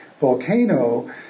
volcano